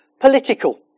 political